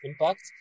impact